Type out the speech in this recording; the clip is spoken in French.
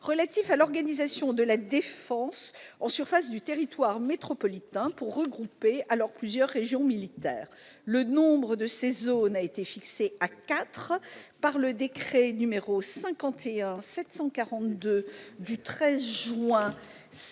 relatif à l'organisation de la défense en surface du territoire métropolitain, pour regrouper alors plusieurs régions militaires. Le nombre de ces zones a été fixé à quatre par le décret n° 51-742 du 13 juin